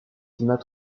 climat